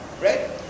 right